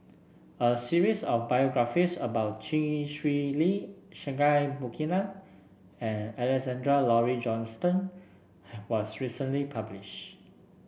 a series of biographies about Chee Swee Lee Singai Mukilan and Alexander Laurie Johnston was recently published